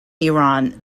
iran